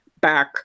back